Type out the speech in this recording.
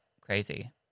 crazy